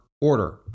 order